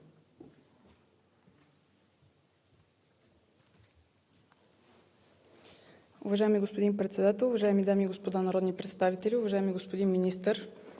Уважаеми господин Председател, уважаеми дами и господа народни представители! Уважаеми господин Министър,